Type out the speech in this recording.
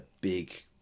big